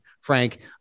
Frank